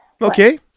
Okay